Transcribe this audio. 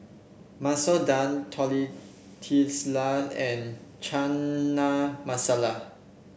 Masoor Dal Tortillas and Chana Masala